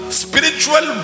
spiritual